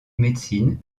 médecine